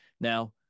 now